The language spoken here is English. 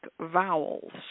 vowels